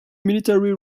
military